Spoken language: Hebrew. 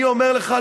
אני אומר לך,